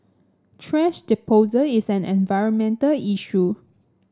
thrash disposal is an environmental issue